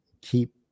keep